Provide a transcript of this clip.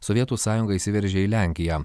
sovietų sąjunga įsiveržė į lenkiją